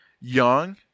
young